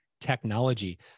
technology